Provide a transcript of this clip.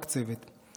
רק צוות,